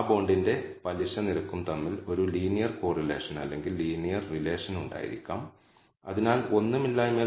501 505 ആയി മാറുന്ന standard deviation എന്താണെന്നും ഇത് നിങ്ങളോട് പറയുന്നു